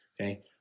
okay